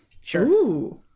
Sure